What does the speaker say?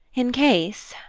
in case.